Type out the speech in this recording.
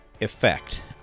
effect